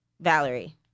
valerie